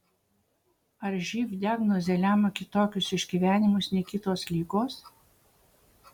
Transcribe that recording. ar živ diagnozė lemia kitokius išgyvenimus nei kitos ligos